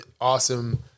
awesome